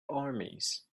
armies